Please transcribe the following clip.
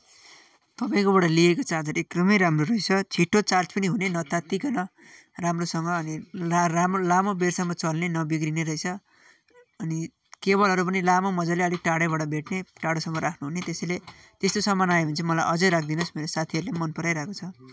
तपाईँकोबाट लिएको चार्जर एकदमै राम्रो रहेछ छिट्टो चार्ज पनि हुने नतातिकन राम्रोसँग अनि ला रा लामो बेरसम्म चल्ने नबिग्रिने रहेछ अनि केवलहरू पनि लामो मजाले अलिक टाढैबाट भेट्ने टाढोसम्म राख्नु हुने त्यसैले त्यस्तो सामान आयो भने चाहिँ मलाई अझै राखिदिनुहोस् मेरो साथिहरूले पनि मन पराइरहेको छ